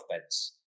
beds